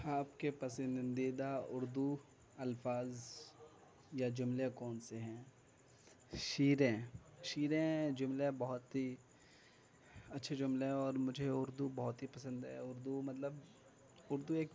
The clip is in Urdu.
آپ کے پسندیدہ اردو الفاظ یا جملے کون سے ہیں شیریں شیریں جملے بہت ہی اچھے جملے ہیں اور مجھے اردو بہت ہی پسند ہے اردو مطلب اردو ایک